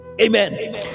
amen